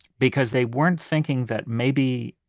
because they weren't thinking that maybe